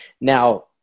Now